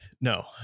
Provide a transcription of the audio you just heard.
No